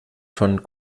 von